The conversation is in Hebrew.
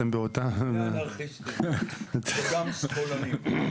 אתם באותה --- אני אנרכיסטי וגם שמאלני.